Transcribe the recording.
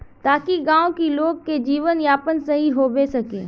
ताकि गाँव की लोग के जीवन यापन सही होबे सके?